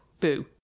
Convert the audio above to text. Boo